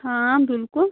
ہاں بِلکُل